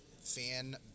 fan